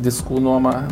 diskų nuoma